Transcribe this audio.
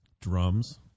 drums